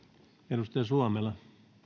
arvoisa